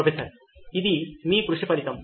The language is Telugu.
ప్రొఫెసర్ ఇది మీ కృషి ఫలితం